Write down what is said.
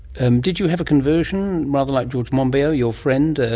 and did you have a conversion, rather like george monbiot your friend,